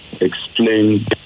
explain